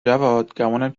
جواد، گمونم